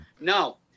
No